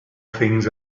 things